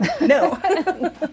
no